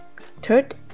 Third